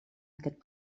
aquest